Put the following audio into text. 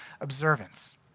observance